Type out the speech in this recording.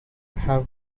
have